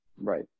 right